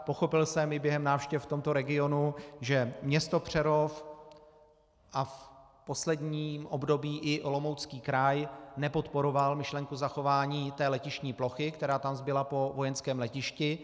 Pochopil jsem i během návštěv v tomto regionu, že město Přerov a v posledním období i Olomoucký kraj nepodporovaly myšlenku zachování té letištní plochy, která tam zbyla po vojenském letišti.